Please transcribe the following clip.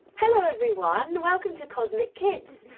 hello everyone. welcome to cosmic kids.